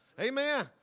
Amen